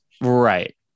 Right